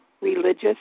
religious